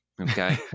Okay